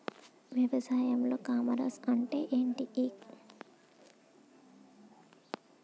వ్యవసాయంలో e commerce అంటే ఏమిటి?